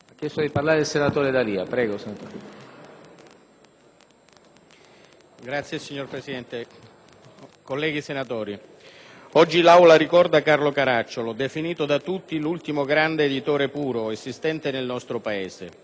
Signor Presidente, colleghi senatori, oggi l'Aula ricorda Carlo Caracciolo, definito da tutti l'ultimo grande editore puro esistente nel nostro Paese.